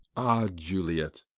ah, juliet,